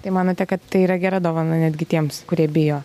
tai manote kad tai yra gera dovana netgi tiems kurie bijo